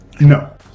no